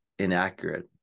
Inaccurate